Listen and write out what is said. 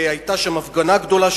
היתה שם הפגנה גדולה,